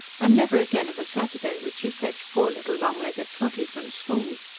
and never again of a saturday would she fetch poor little long-legged trotty from school.